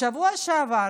בשבוע שעבר